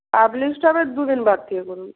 published হবে দু দিন বাদ থেকে করুন